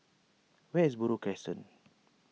where is Buroh Crescent